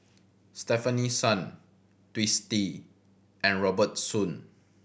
Stefanie Sun Twisstii and Robert Soon